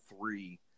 three